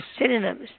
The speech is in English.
synonyms